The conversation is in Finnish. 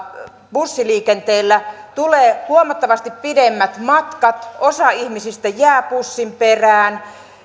bussiliikenteellä tulee huomattavasti pidemmät matkat osa ihmisistä jää pussinperään